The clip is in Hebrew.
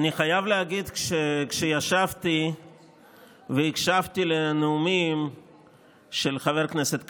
אני חייב להגיד שכשישבתי והקשבתי לנאומים של חבר הכנסת קרעי,